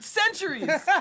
centuries